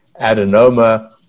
adenoma